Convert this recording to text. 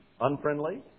unfriendly